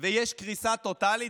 ויש קריסה טוטלית,